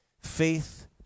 Faith